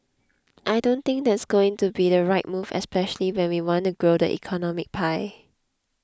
I don't think that's going to be the right move especially when we want to grow the economic pie